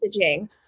messaging